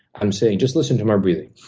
i'm saying just listen to my breathing.